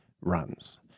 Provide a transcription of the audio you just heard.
runs